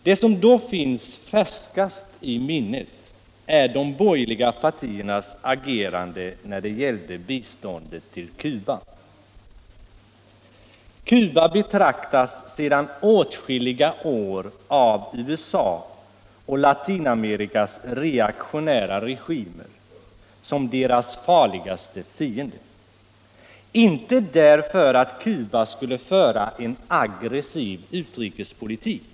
Det som då finns färskast i minnet är de borgerliga partiernas agerande när det gällde biståndet till Cuba. Cuba betraktas sedan åtskilliga år av USA och Latinamerikas reaktionära regimer som deras farligaste fiende. Inte därför att Cuba skulle föra en aggressiv utrikespolitik.